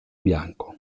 bianco